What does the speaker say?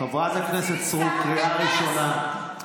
חברת הכנסת סטרוק, בבקשה לשבת.